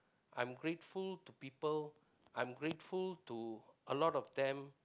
I'm grateful to people I'm grateful to a lot of them